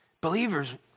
believers